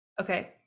Okay